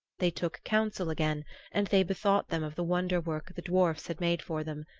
they took council again and they bethought them of the wonder-work the dwarfs had made for them,